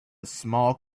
small